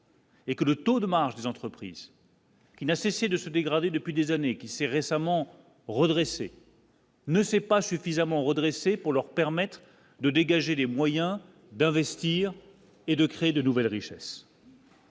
Et que le taux de marge des entreprises qui n'a cessé de se dégrader depuis des années, qui s'est récemment redressée. Ne s'est pas suffisamment redresser pour leur permettre de dégager les moyens d'investir et de créer de nouvelles richesses.